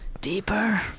Deeper